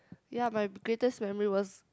ya my greatest memory was